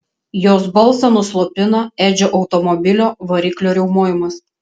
jos balsą nuslopina edžio automobilio variklio riaumojimas